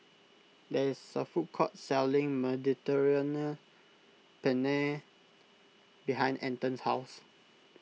there is a food court selling Mediterranean Penne behind Anton's house